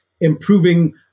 improving